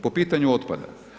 Po pitanju otpada.